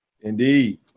indeed